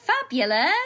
fabulous